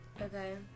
Okay